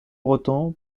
breton